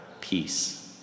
peace